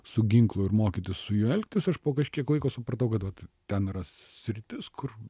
su ginklu ir mokytis su juo elgtis aš po kažkiek laiko supratau kad vat ten yra sritis kur